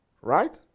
Right